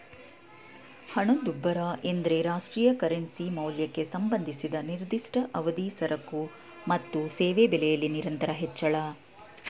ಹಣದುಬ್ಬರ ಎಂದ್ರೆ ರಾಷ್ಟ್ರೀಯ ಕರೆನ್ಸಿ ಮೌಲ್ಯಕ್ಕೆ ಸಂಬಂಧಿಸಿದ ನಿರ್ದಿಷ್ಟ ಅವಧಿ ಸರಕು ಮತ್ತು ಸೇವೆ ಬೆಲೆಯಲ್ಲಿ ನಿರಂತರ ಹೆಚ್ಚಳ